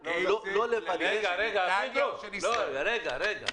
רגע, רגע.